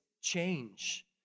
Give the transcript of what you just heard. change